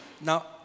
Now